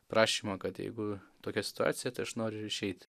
prašymą kad jeigu tokia situacija tai aš noriu išeit